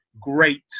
great